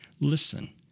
listen